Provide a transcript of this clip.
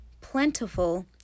plentiful